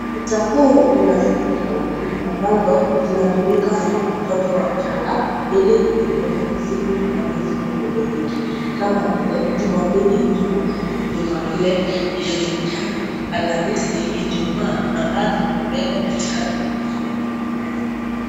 Ukuta huu una siku za wiki ambazo zinatumika na watoto wachanga ili kujifunza siku ambazo ziko kwenye wiki. Kama vile Jumapili, Jumatatu, Jumanne, Jumatano, Alhamisi, Ijumaa ambazo zimewekwa katika lugha ya kingereza.